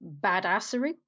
badassery